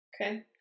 Okay